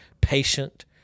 patient